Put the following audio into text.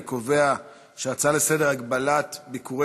אני קובע שההצעות לסדר-היום הגבלת ביקורי